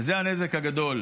וזה הנזק הגדול.